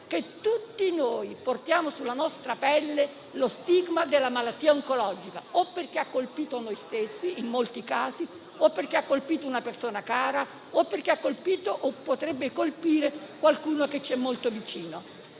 che tutti noi portiamo sulla nostra pelle lo stigma della malattia oncologica, o perché in molti casi ha colpito noi stessi o una persona cara, o perché ha colpito o potrebbe colpire qualcuno che ci è molto vicino.